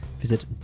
Visit